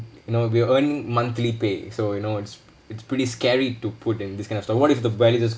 you know we'll earn monthly pay so you know it's it's pretty scary to put in this kind of stuff what if the value just